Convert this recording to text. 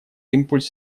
импульс